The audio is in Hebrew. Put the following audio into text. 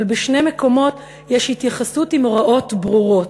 אבל בשני מקומות בתורה יש התייחסויות עם הוראות ברורות,